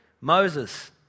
Moses